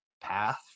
path